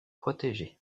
protégé